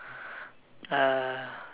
uh